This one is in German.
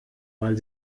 weil